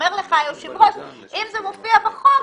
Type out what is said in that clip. אומר לך היושב ראש שאם זה מופיע בחוק,